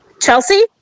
Chelsea